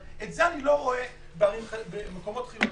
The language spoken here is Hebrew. אבל את זה אני לא רואה במקומות חילוניים.